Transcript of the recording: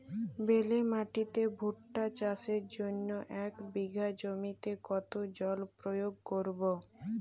বেলে মাটিতে ভুট্টা চাষের জন্য এক বিঘা জমিতে কতো জল প্রয়োগ করব?